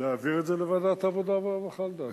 להעביר את זה לוועדת העבודה והרווחה, לדעתי.